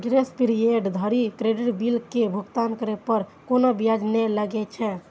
grace period धरि credit bill के भुगतान करै पर कोनो ब्याज नै लागै छै